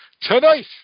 tonight